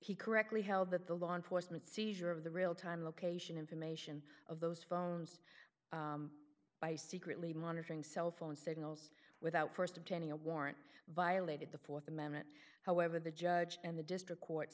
he correctly held that the law enforcement seizure of the real time location information of those phones by secretly monitoring cell phone signals without st obtaining a warrant violated the th amendment however the judge and the district court